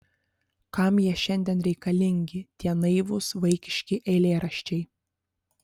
kam jie šiandien reikalingi tie naivūs vaikiški eilėraščiai